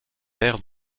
père